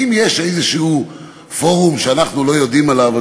האם יש פורום כלשהו שאנחנו לא יודעים עליו,